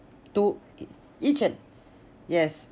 to each and yes